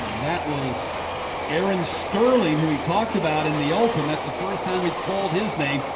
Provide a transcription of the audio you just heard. that was aaron sterling, we talked about in the open, that's the first time we've called his name.